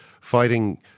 fighting